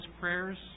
prayers